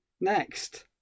Next